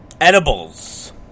Edibles